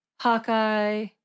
Hawkeye